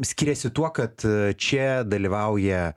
skiriasi tuo kad čia dalyvauja